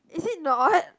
is it not